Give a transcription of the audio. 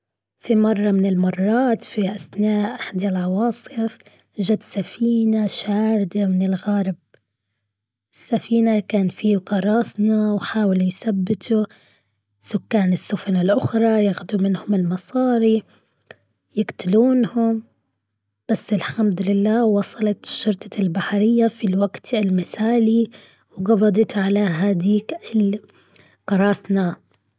في مرة من المرات في أثناء إحدي العواصف جت سفينة شاردة من الغرب. السفينة كان في قراصنة وحاولوا يثبتوا سكان السفن الأخرى يأخدوا منهم المصاري. يقتلونهم. بس الحمدلله وصلت شرطة البحرية في الوقت المثالي. وقبضت على هديك ال القراصنة.